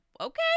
Okay